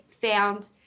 found